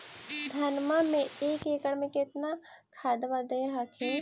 धनमा मे एक एकड़ मे कितना खदबा दे हखिन?